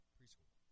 Preschool